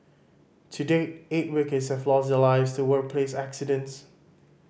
to date eight workers have lost their lives to workplace accidents